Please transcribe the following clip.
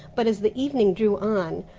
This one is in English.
but as the evening drew on,